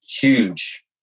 huge